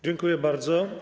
Dziękuję bardzo.